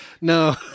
No